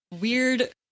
weird